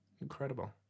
Incredible